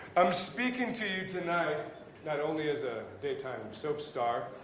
i'm speaking to you tonight not only as a daytime soap star,